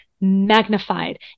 magnified